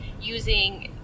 using